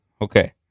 okay